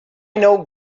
know